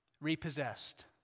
repossessed